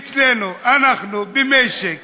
אצלנו, אנחנו במשק